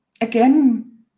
again